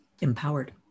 Empowered